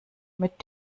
mit